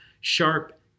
sharp